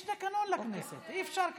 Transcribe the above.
יש תקנון לכנסת, אי-אפשר ככה.